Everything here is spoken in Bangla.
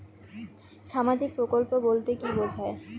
সামাজিক প্রকল্প বলতে কি বোঝায়?